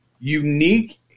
Unique